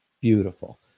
Beautiful